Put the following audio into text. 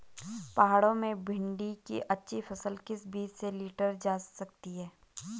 पहाड़ों में भिन्डी की अच्छी फसल किस बीज से लीटर जा सकती है?